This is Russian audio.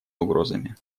угрозами